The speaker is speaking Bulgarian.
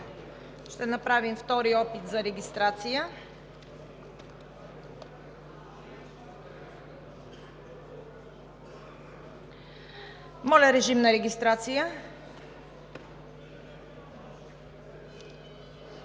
Ще направим втори опит за регистрация. Моля, режим на регистрация.